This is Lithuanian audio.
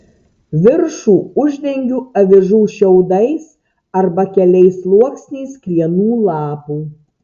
viršų uždengiu avižų šiaudais arba keliais sluoksniais krienų lapų